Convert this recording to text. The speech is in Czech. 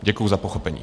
Děkuju za pochopení.